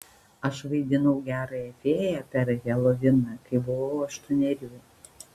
aš vaidinau gerąją fėją per heloviną kai buvau aštuonerių